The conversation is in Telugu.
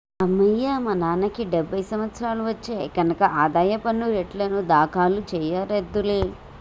అమ్మయ్యా మా నాన్నకి డెబ్భై సంవత్సరాలు వచ్చాయి కనక ఆదాయ పన్ను రేటర్నులు దాఖలు చెయ్యక్కర్లేదులే